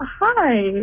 hi